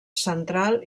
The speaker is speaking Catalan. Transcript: central